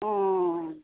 अ